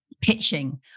pitching